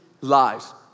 lives